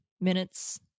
minutes